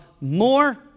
more